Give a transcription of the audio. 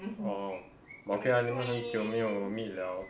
orh but okay lah 你们很久没有 meet liao